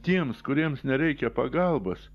tiems kuriems nereikia pagalbos